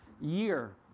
year